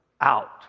out